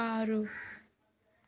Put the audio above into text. ఆరు